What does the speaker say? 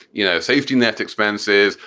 you know, safety net expenses,